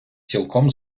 цілком